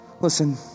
Listen